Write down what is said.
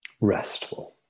restful